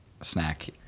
Snack